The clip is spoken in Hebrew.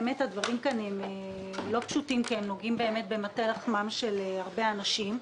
באמת הדברים כאן לא פשוטים כי הם נוגעים במטה לחמם של הרבה אנשים.